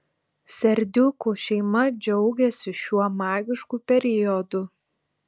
serdiukų šeima džiaugiasi šiuo magišku periodu